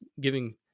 giving